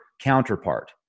counterpart